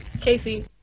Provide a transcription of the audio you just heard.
Casey